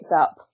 up